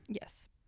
Yes